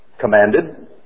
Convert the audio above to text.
commanded